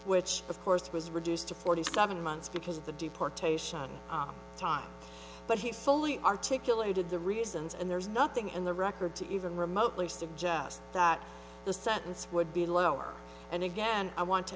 which of course was reduced to forty seven months because of the deportation time but he fully articulated the reasons and there's nothing in the record to even remotely suggest that the sentence would be lower and again i want to